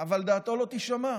אבל דעתו לא תישמע.